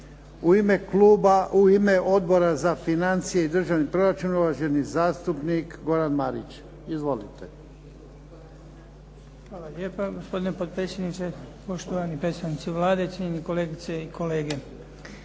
riječ? Da. U ime Odbora za financije i državni proračun, uvaženi zastupnik Goran Marić. Izvolite. **Marić, Goran (HDZ)** Hvala lijepa gospodine potpredsjedniče, poštovani predstavnici Vlade, cijenjeni kolegice i kolege.